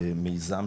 מיזם,